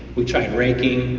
we tried raking.